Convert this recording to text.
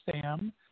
Sam